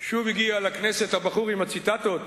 שוב הגיע לכנסת הבחור עם הציטטות.